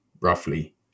roughly